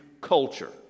culture